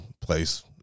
place